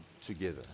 together